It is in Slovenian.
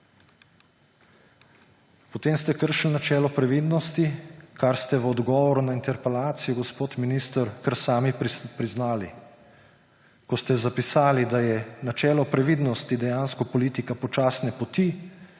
Potem ste kršili načelo previdnosti, kar ste v odgovoru na interpelacijo, gospod minister, kar sami priznali, ko ste zapisali, da je načelo previdnosti dejansko politika počasne poti,